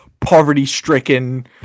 poverty-stricken